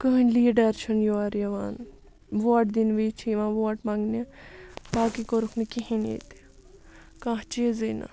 کٕہٕنۍ لیٖڈَر چھُنہٕ یور یِوان ووٹ دِنہٕ وِز چھِ یِوان ووٹ منٛگنہِ باقٕے کوٚرُکھ نہٕ کِہیٖنۍ ییٚتہِ کانٛہہ چیٖزٕے نہٕ